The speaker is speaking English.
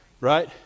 Right